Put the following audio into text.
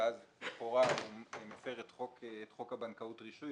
ואז לכאורה הוא מפר את חוק הבנקאות (רישוי),